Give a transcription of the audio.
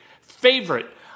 favorite